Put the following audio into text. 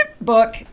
book